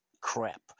crap